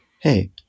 hey